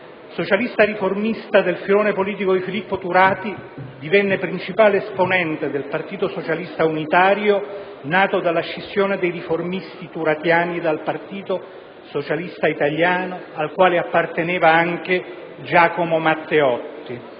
Socialista riformista del filone politico di Filippo Turati, divenne principale esponente del Partito socialista unitario, nato dalla scissione dei riformisti turatiani dal Partito socialista italiano, al quale apparteneva anche Giacomo Matteotti.